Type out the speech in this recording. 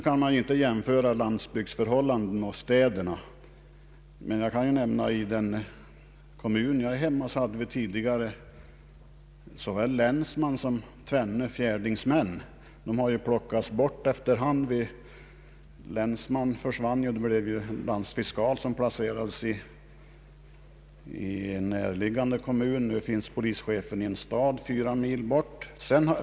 Man kan inte jämföra landsbygden med städerna. Jag kan dock nämna att vi i den kommun där jag hör hemma tidigare hade såväl länsman som tvenne fjärdingsmän. Dessa har plockats bort efter hand. Länsman försvann och ersattes med en landsfiskal, som placerades i en näraliggande kommun. Det finns nu en polischef i en stad fyra mil från vår kommun.